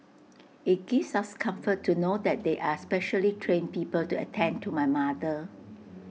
IT gives us comfort to know that there are specially trained people to attend to my mother